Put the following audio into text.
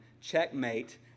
Checkmate